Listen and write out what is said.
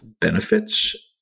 benefits